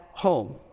home